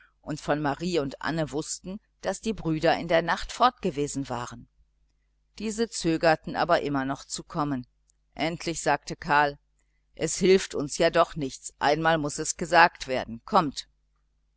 und von marie und anne wußten daß die brüder in der nacht fort gewesen waren diese zögerten aber immer noch zu kommen endlich sagte karl es hilft uns ja doch nichts einmal muß es gesagt werden kommt